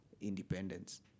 independence